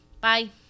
Bye